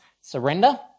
surrender